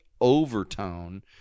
overtone